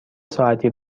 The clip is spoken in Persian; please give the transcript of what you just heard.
ساعتی